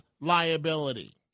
liability